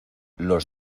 los